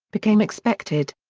became expected.